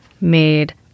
made